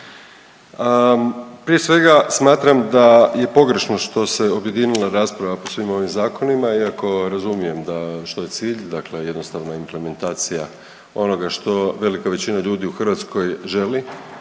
Prije svega smatram da je pogrešno što se objedinila rasprava po svim ovim zakonima iako razumijem što je cilj dakle jednostavno implementacija onoga što velika većina ljudi u Hrvatskoj želi,